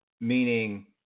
meaning